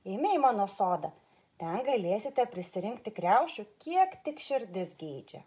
eime į mano sodą ten galėsite prisirinkti kriaušių kiek tik širdis geidžia